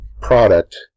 product